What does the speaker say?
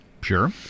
Sure